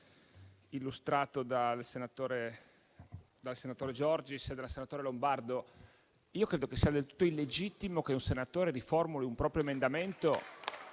illustrato dai senatori Giorgis e Lombardo. Credo che sia del tutto illegittimo che un senatore riformuli un proprio emendamento,